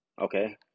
Okay